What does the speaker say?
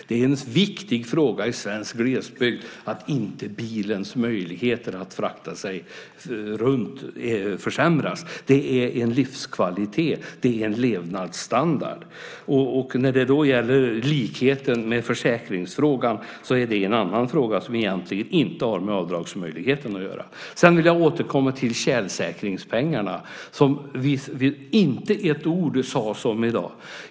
Det är en viktig fråga i svensk glesbygd att bilens möjligheter att frakta oss runt inte försämras. Det är en livskvalitet och en levnadsstandard. Likheten med försäkringsfrågan är en annan fråga som egentligen inte har med avdragsmöjligheten att göra. Jag vill återkomma till tjälsäkringspengarna, som det inte sades ett ord om i dag.